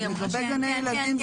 התשובה היא כן.